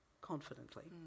confidently